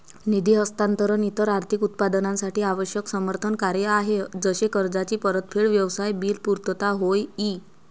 निधी हस्तांतरण इतर आर्थिक उत्पादनांसाठी आवश्यक समर्थन कार्य आहे जसे कर्जाची परतफेड, व्यवसाय बिल पुर्तता होय ई